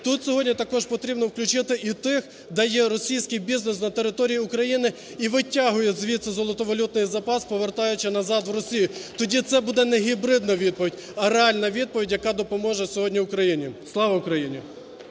Тут сьогодні також потрібно включити і тих, де є російський бізнес на території України і витягує звідси золотовалютний запас, повертаючи назад в Росію. Тоді це буде не гібридна відповідь, а реальна відповідь, яка допоможе сьогодні Україні. Слава Україні!